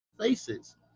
faces